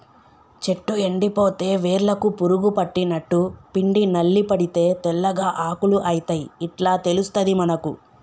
చెట్టు ఎండిపోతే వేర్లకు పురుగు పట్టినట్టు, పిండి నల్లి పడితే తెల్లగా ఆకులు అయితయ్ ఇట్లా తెలుస్తది మనకు